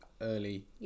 early